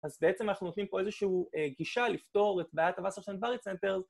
אז בעצם אנחנו נותנים פה איזושהי גישה לפתור את בעיית הווסר של אין-וורי צנטר.